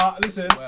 listen